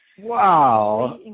wow